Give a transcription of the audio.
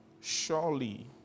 surely